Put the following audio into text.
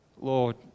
Lord